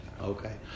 Okay